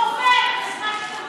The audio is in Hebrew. הוא עובד בזמן שאתם